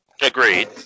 Agreed